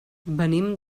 venim